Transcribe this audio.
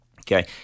Okay